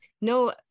no